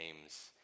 names